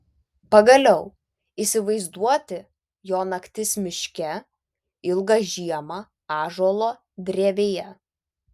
pagaliau įsivaizduoti jo naktis miške ilgą žiemą ąžuolo drevėje